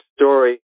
story